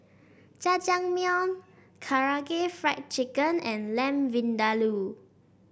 Jajangmyeon Karaage Fried Chicken and Lamb Vindaloo